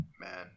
Man